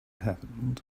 happened